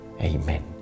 Amen